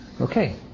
Okay